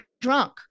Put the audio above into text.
drunk